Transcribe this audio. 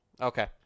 Okay